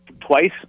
twice